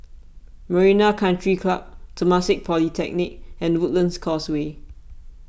Marina Country Club Temasek Polytechnic and Woodlands Causeway